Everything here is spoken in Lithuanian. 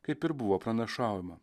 kaip ir buvo pranašaujama